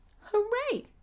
Hooray